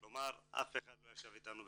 כלומר, אף אחד לא ישב איתנו,